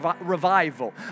revival